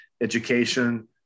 education